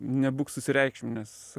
nebūk susireikšminęs